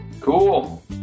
Cool